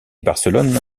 barcelone